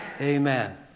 Amen